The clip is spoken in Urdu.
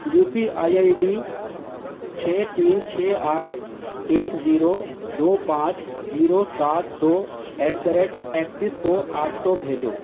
you P I I D چھ تین چھ آٹھ ایک زیرو دو پانچ زیرو سات دو ایٹ دا ریٹ ایکسس کو آٹھ سو بھیجو